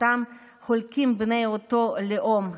אותם חולקים בני אותו לאום,